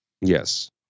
Yes